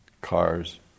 cars